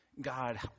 God